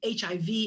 HIV